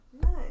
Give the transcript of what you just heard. Nice